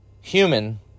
human